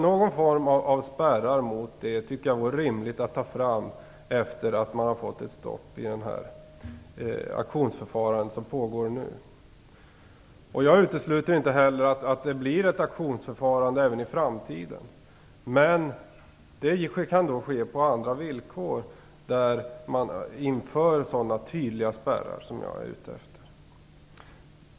Jag tycker att det vore rimligt att ta fram någon form av spärrar efter att man fått ett stopp på det auktionsförfarande som nu pågår. Jag utesluter inte heller att det blir ett auktionsförfarande även i framtiden. Men det kan då ske på andra villkor, där man inför sådana tydliga spärrar som jag är ute efter.